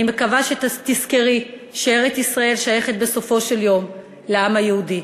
אני מקווה שתזכרי שארץ-ישראל שייכת בסופו של יום לעם היהודי,